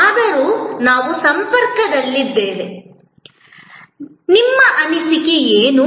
ಆದರೂ ನಾವು ಸಂಪರ್ಕದಲ್ಲಿದ್ದೇವೆ ನಿಮ್ಮ ಅನಿಸಿಕೆ ಏನು